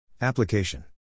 Application